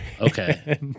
Okay